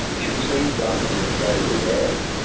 complete dominance is rather rare.